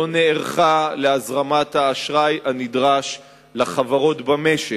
לא נערכה להזרמת האשראי הנדרש לחברות במשק,